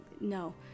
no